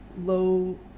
low-